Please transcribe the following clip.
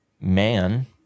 man